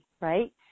right